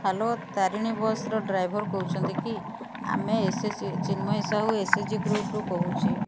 hello Tarini bus ର driver କହୁଛନ୍ତି କି ଆମେ ଏସେସି Chinmayee Sahu S H G ଗ୍ରୁପ୍ରୁ କହୁଚି